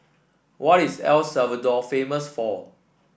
what is El Salvador famous for